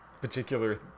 particular